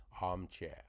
armchair